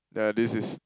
then this is